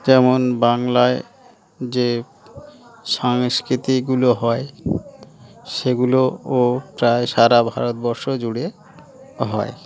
যেমন বাংলায় যে সংস্কৃতিগুলো হয় সেগুলোও প্রায় সারা ভারতবর্ষ জুড়ে হয়